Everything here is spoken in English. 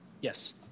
Yes